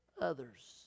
others